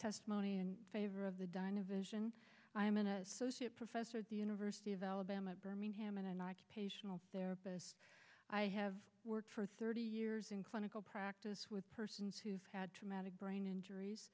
testimony in favor of the dyna vision i am an associate professor at the university of alabama at birmingham and an occupational therapist i have worked for thirty years in clinical practice with persons who have had traumatic brain injuries